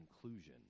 conclusion